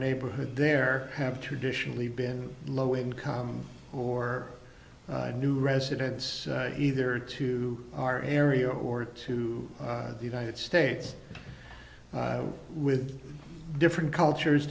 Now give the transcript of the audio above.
neighborhood there have traditionally been low income or new residents either to our area or to the united states with different cultures